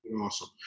Awesome